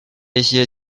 一些